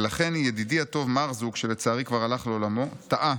ולכן ידידי הטוב מרזוק (שלצערי כבר הלך לעולמו) טעה.